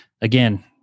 Again